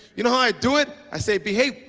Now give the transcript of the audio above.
you know how i do it, i say behave